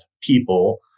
people